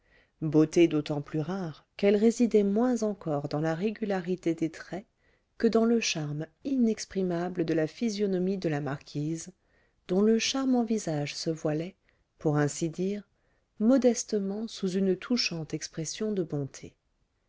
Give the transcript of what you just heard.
beauté d'autant plus rare qu'elle résidait moins encore dans la régularité des traits que dans le charme inexprimable de la physionomie de la marquise dont le charmant visage se voilait pour ainsi dire modestement sous une touchante expression de bonté